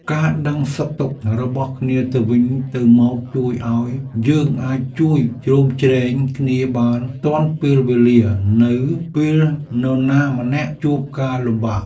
ការដឹងសុខទុក្ខរបស់គ្នាទៅវិញទៅមកជួយឱ្យយើងអាចជួយជ្រោមជ្រែងគ្នាបានទាន់ពេលវេលានៅពេលនរណាម្នាក់ជួបការលំបាក។